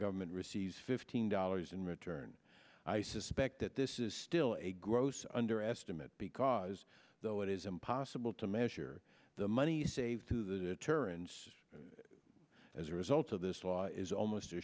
government receives fifteen dollars in return i suspect that this is still a gross underestimate because though it is impossible to measure the money saved to the deterrence as a result of this law is almost